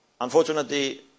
Unfortunately